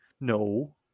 No